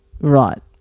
right